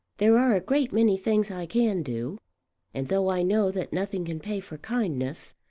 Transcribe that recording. there are a great many things i can do and though i know that nothing can pay for kindness,